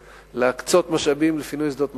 להקצות משאבים לפינוי שדות מוקשים.